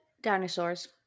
Dinosaurs